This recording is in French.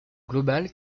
global